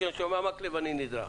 כשאני שומע מקלב, אני נדרך.